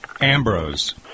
Ambrose